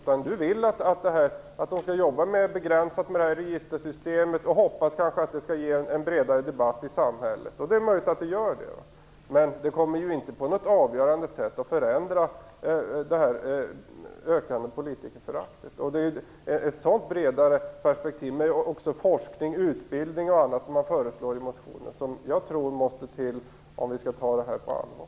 Han vill att den skall jobba begränsat med registreringssystemet, och han hoppas att det skall leda till en bredare debatt i samhället. Det är möjligt att det blir så, men det kommer inte på något avgörande sätt att förändra det ökande politikerföraktet. Jag tror att det måste till ett bredare perspektiv, med forskning, utbildning och annat som föreslås i motionen, om vi skall ta det här på allvar.